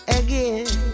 again